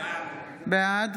בעד